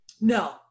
No